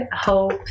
hope